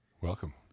Welcome